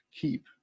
keep